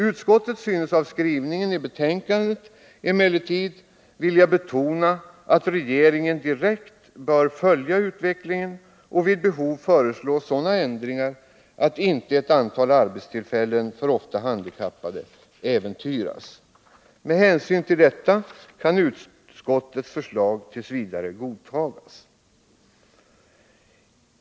Utskottet synes av skrivningen i betänkandet att döma vilja betona att regeringen direkt bör följa utvecklingen och vid behov föreslå sådan ändring att icke ett antal arbetstillfällen — ofta för handikappade — äventyras. Med hänsyn till detta kan utskottets förslag t. v. godtagas.